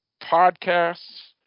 podcasts